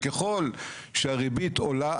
וככל שהריבית עולה,